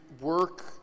work